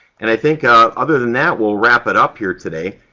and i think other than that, we'll wrap it up here today.